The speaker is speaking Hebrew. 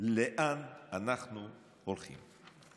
לאן אנחנו הולכים.